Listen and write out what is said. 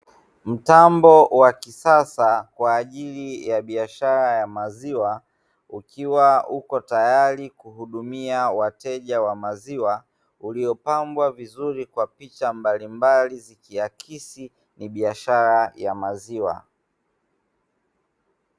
Mtambo wa kisasa kwa ajili ya biashara ya maziwa, ukiwa uko tayari kuhudumia wateja wa maziwa, uliopambwa vizuri kwa picha mbalimbali, zikiaksi ni biashara ya maziwa.